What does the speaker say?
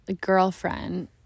girlfriend